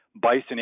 bison